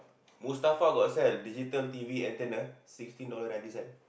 Mustafa got sell digital T_V antenna sixteen dollar ninety cent